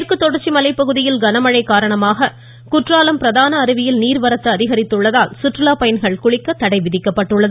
மேற்குதொடர்ச்சி மலைப்பகுதிகளில் கனமழை காரணமாக குற்றாலம் பிரதான அருவியில் நீர்வரத்து அதிகரித்துள்ளதால் சுற்றுலாப் பயணிகள் குளிக்க தடை விதிக்கப்பட்டுள்ளது